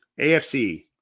AFC